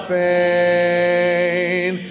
pain